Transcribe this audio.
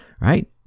right